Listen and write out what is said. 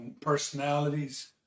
personalities